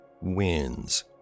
wins